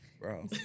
Bro